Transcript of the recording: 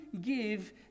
give